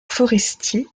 forestier